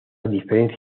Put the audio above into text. diferencia